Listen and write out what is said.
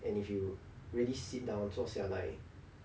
and if you really sit down 坐下来